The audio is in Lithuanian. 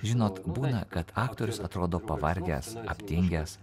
žinot būna kad aktorius atrodo pavargęs aptingęs